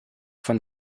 von